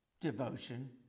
Devotion